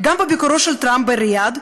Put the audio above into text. בביקורו של טרמפ בריאד,